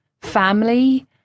family